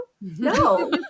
no